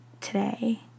today